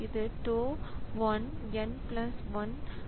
இது tau 1 n 1